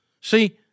See